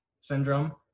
syndrome